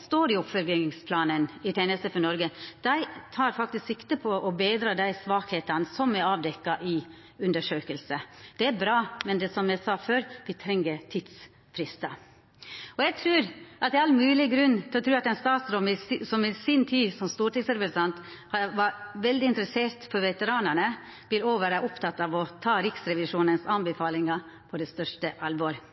står i oppfølgingsplanen «I tjeneste for Norge», tek sikte på å betra dei svakheitene som er avdekte i undersøkinga. Det er bra, men som eg sa før – dei treng tidsfristar. Eg meiner det er all grunn til å tru at ein statsråd som i si tid som stortingsrepresentant viste stor interesse for veteranane, vil vera oppteken av å ta tilrådingane frå Riksrevisjonen på det største alvor.